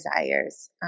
desires